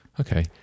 okay